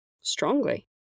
Strongly